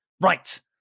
Right